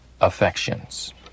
affections